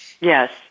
Yes